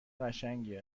قشنگی